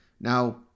Now